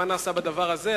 מה נעשה בתחום הזה?